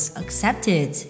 accepted